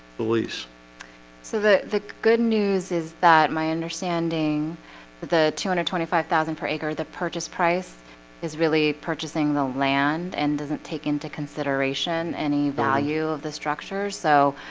police so the the good news is that my understanding the two hundred and twenty five thousand per acre the purchase price is really purchasing the land and doesn't take into consideration any value of the structure. so